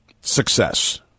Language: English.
success